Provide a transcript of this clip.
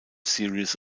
series